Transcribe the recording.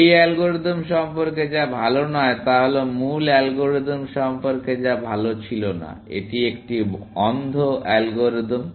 এই অ্যালগরিদম সম্পর্কে যা ভাল নয় তা হল মূল অ্যালগরিদম সম্পর্কে যা ভাল ছিল না এটি একটি অন্ধ অ্যালগরিদম